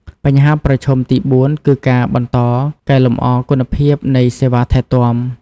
បញ្ហាប្រឈមទីបួន គឺការបន្តកែលម្អគុណភាពនៃសេវាថែទាំ។